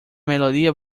melodía